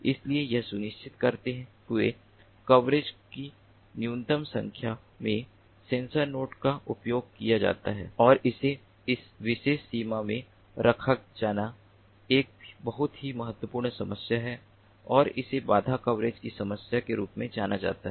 इसलिए यह सुनिश्चित करते हुए कवरेज कि न्यूनतम संख्या में सेंसर नोड का उपयोग किया जाता है और इसे उस विशेष सीमा में रखा जाना एक बहुत ही महत्वपूर्ण समस्या है और इसे बाधा कवरेज की समस्या के रूप में जाना जाता है